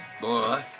boy